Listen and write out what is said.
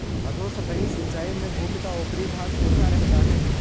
अधोसतही सिंचाई में भूमि का ऊपरी भाग सूखा रहता है